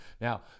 Now